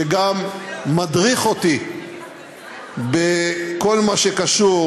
שגם מדריך אותי בכל מה שקשור